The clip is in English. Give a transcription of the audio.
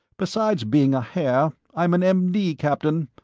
besides being a haer, i'm an m d, captain.